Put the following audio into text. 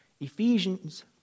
Ephesians